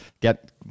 get